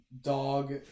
dog